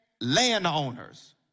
landowners